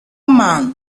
man